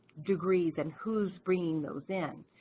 degrees and who's bringing those in.